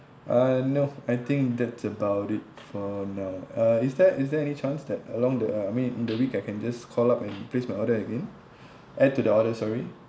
uh no I think that's about it for now uh is there is there any chance that along the I mean in the week I can just call up and place my order again add to the order sorry